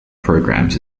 programs